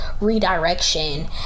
redirection